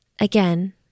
again